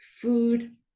food